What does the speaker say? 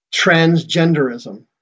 transgenderism